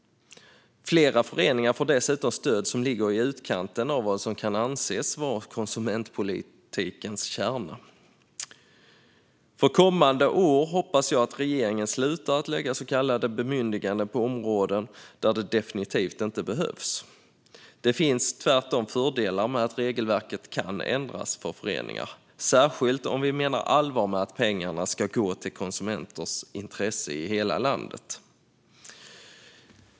Flera föreningar får dessutom stöd som ligger i utkanten av vad som kan anses vara konsumentpolitikens kärna. För kommande år hoppas jag att regeringen slutar att lägga så kallade bemyndiganden på områden där det definitivt inte behövs. Det finns tvärtom fördelar med att regelverket kan ändras för föreningar, särskilt om vi menar allvar med att pengarna ska gå till konsumenters intresse i hela landet.